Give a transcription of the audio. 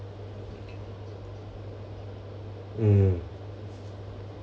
mm